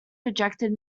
rejected